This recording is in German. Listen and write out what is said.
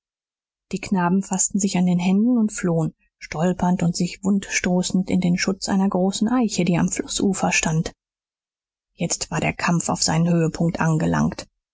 die knaben faßten sich an den händen und flohen stolpernd und sich wund stoßend in den schutz einer großen eiche die am flußufer stand jetzt war der kampf auf seinem höhepunkt angelangt